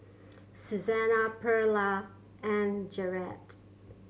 Susana Pearla and Garrett